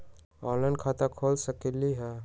Online खाता खोल सकलीह?